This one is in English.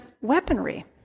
weaponry